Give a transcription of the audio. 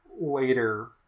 later